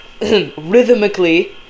rhythmically